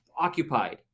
occupied